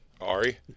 Ari